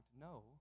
no